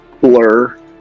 blur